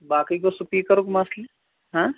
باقٕے گوٚو سُپیٖکَرُک مَسلہٕ